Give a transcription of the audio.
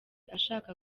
ashaka